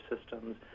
systems